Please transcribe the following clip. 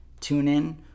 TuneIn